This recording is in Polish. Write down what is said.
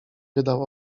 wydał